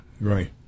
right